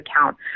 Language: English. account